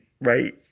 right